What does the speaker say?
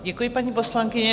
Děkuji, paní poslankyně.